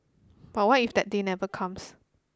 but what if that day never comes